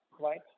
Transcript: right